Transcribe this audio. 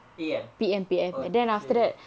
A_M okay